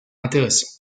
intéressants